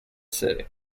city